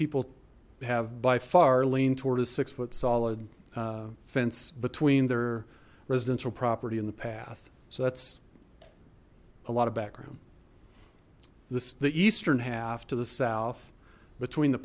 people have by far leaned toward a six foot solid fence between their residential property in the path so that's a lot of background this the eastern half to the south between the